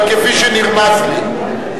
שידוע לי, אבל כפי שנרמז לי.